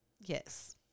yes